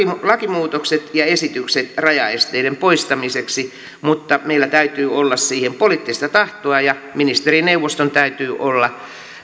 lakimuutokset ja esitykset rajaesteiden poistamiseksi mutta meillä täytyy olla siihen poliittista tahtoa ja ministerineuvoston täytyy olla